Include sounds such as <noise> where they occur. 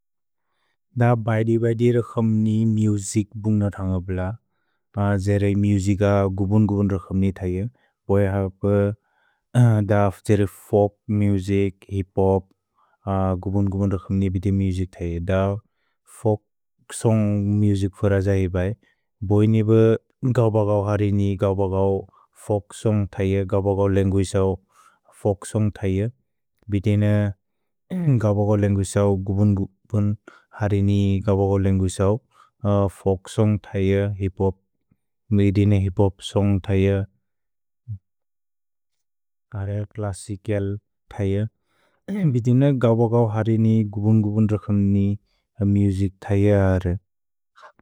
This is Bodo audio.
अ बैदि बैदि रक्सम्नि मिउजिक् बुन्ग्न थन्ग ब्ल। जेरे मिउजिक गुबुन् गुबुन् रक्सम्नि थै। भोए हप <hesitation> द जेरे फोल्क् मुसिच्, हिप्-होप्, <hesitation> गुबुन् गुबुन् रक्सम्नि बिति मिउजिक् थै। द फोल्क् सोन्ग् मुजिक् फर जहि बए। भोए नि ब गौबगओ हरिनि गौबगओ फोल्क् सोन्ग् थै। गौबगओ लन्गुइसओ फोल्क् सोन्ग् थै। भिति न <hesitation> गौबगओ लन्गुइसओ गुबुन् गुबुन् हरिनि गौबगओ लन्गुइसओ फोल्क् सोन्ग् थै। भिति न गौबगओ हरिनि गुबुन् गुबुन् रक्सम्नि मिउजिक् थै।